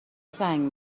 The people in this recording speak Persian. زنگ